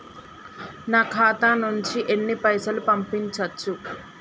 నా ఖాతా నుంచి ఎన్ని పైసలు పంపించచ్చు?